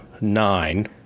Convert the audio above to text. Nine